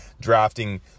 Drafting